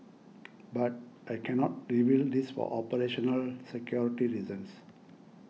but I cannot reveal this for operational security reasons